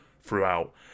throughout